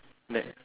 next